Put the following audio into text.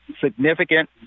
significant